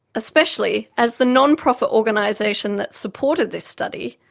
especially as the non-profit organisation that supported this study,